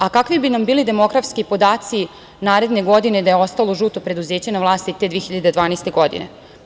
A kakvi bi nam bili demografski podaci naredne godine da je ostalo žuto preduzeće na vlasti te 2012. godine?